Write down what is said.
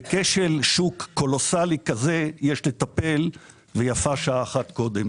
בכשל שוק קולוסלי כזה יש לטפל ויפה שעה אחת קודם.